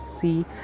see